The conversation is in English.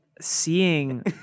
seeing